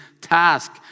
task